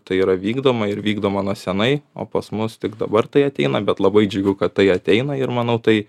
tai yra vykdoma ir vykdoma nuo senai o pas mus tik dabar tai ateina bet labai džiugu kad tai ateina ir manau tai